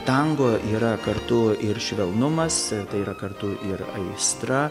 tango yra kartu ir švelnumas ir tai yra kartu ir aistra